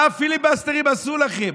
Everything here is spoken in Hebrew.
מה הפיליבסטרים עשו לכם?